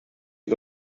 que